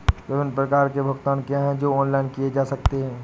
विभिन्न प्रकार के भुगतान क्या हैं जो ऑनलाइन किए जा सकते हैं?